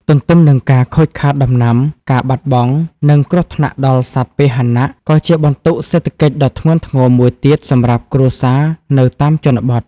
ទន្ទឹមនឹងការខូចខាតដំណាំ ការបាត់បង់ និងគ្រោះថ្នាក់ដល់សត្វពាហនៈ ក៏ជាបន្ទុកសេដ្ឋកិច្ចដ៏ធ្ងន់ធ្ងរមួយទៀតសម្រាប់គ្រួសារនៅតាមជនបទ។